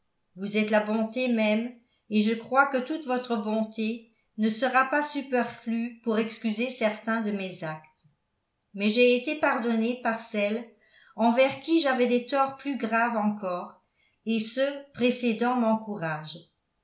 vous êtes la bonté même et je crois que toute votre bonté ne sera pas superflue pour excuser certains de mes actes mais j'ai été pardonné par celle envers qui j'avais des torts plus graves encore et ce précédent m'encourage